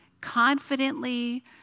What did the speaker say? confidently